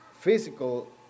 physical